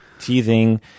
teething